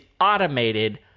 automated